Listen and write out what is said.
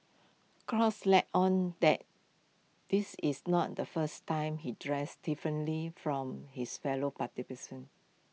cross let on that this is not the first time he dressed differently from his fellow